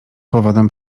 powodem